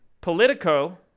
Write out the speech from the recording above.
Politico